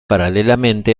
paralelamente